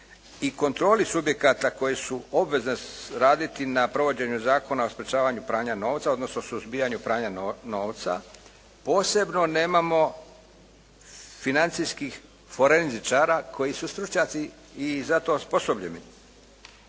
i kontroli subjekata koji su obvezni raditi na provođenju Zakona o sprječavanju pranja novca, odnosno suzbijanju pranja novca, posebno nemamo financijskih forenzičara koji su stručnjaci i za to osposobljeni,